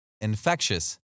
infectious